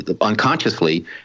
unconsciously